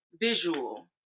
visual